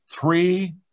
Three